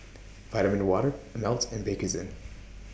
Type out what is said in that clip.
Vitamin Water Ameltz and Bakerzin